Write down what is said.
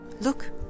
Look